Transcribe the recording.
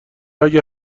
اگه